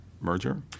merger